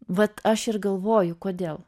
vat aš ir galvoju kodėl